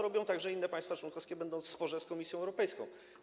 Robią to także inne państwa członkowskie, będąc w sporze z Komisją Europejską.